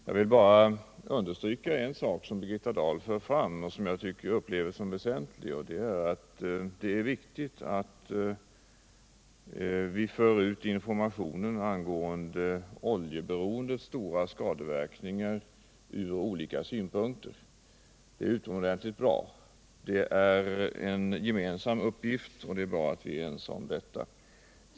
Jag vill understryka en sak som Birgitta Dahl för fram och som jag upplever som väsentlig, nämligen att det är viktigt att vi för ut informationer om oljeberoendets stora skadeverkningar ur olika synpunkter. Detta är utomordentligt bra. Det är en gemensam uppgift — det är bra att vi är ense om det.